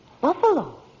Buffalo